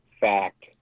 fact